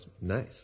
nice